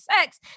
sex